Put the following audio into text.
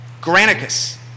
Granicus